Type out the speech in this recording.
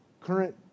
current